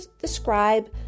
describe